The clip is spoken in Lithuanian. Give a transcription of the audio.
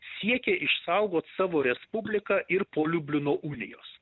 siekė išsaugot savo respubliką ir po liublino unijos